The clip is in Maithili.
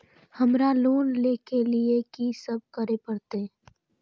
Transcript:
हमरा लोन ले के लिए की सब करे परते?